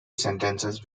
sentences